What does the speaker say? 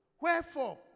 Wherefore